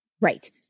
Right